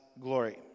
glory